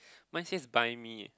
mine says buy me eh